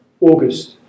August